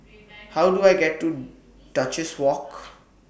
How Do I get to Duchess Walk